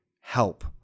help